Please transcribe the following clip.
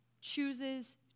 chooses